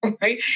right